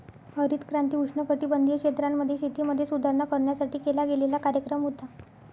हरित क्रांती उष्णकटिबंधीय क्षेत्रांमध्ये, शेतीमध्ये सुधारणा करण्यासाठी केला गेलेला कार्यक्रम होता